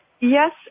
Yes